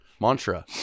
mantra